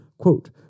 Quote